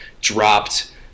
dropped